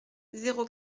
zéro